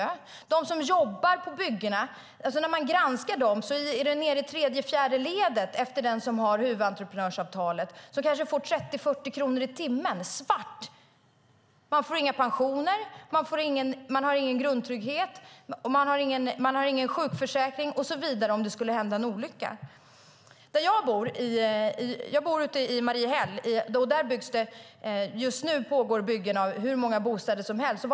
När man granskar dem som jobbar på byggena är de nere i tredje eller fjärde ledet efter den som har huvudentreprenörsavtalet. De får kanske 30-40 kronor i timmen svart. De får inga pensioner, de har ingen grundtrygghet och ingen sjukförsäkring om det skulle hända en olycka. Jag bor i Mariehäll. Just nu byggs det hur många bostäder som helst där.